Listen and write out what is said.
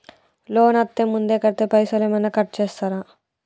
Loan అత్తే ముందే కడితే పైసలు ఏమైనా కట్ చేస్తరా?